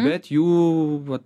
bet jų vat